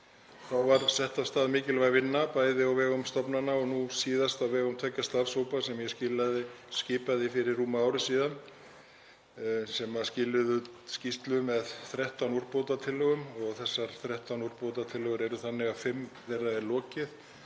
var sett af stað mikilvæg vinna, bæði á vegum stofnana og nú síðast á vegum tveggja starfshópa sem ég skipaði fyrir rúmu ári sem skiluðu skýrslu með 13 úrbótatillögum. Þessar 13 úrbótatillögur eru þannig að fimm þeirra er lokið